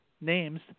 names